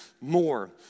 more